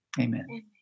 Amen